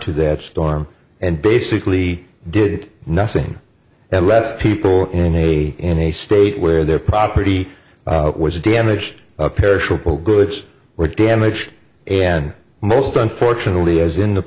to that storm and basically did nothing and left people in a in a state where their property was damaged perishable goods were damaged and most unfortunately as in the